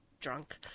drunk